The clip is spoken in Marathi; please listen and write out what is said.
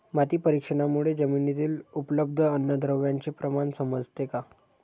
माती परीक्षणामुळे जमिनीतील उपलब्ध अन्नद्रव्यांचे प्रमाण समजते का?